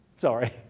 Sorry